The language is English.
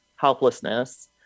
helplessness